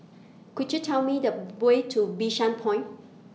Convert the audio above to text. Could YOU Tell Me The Way to Bishan Point